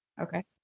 Okay